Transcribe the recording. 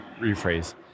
rephrase